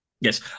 Yes